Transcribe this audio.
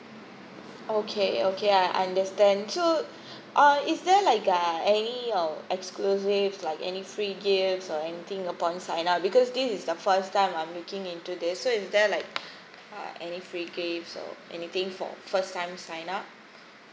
okay okay I understand so uh is there like uh any or exclusive like any free gifts or anything upon sign up because this is the first time I'm looking into this so is there like uh any free gifts or anything for first time sign up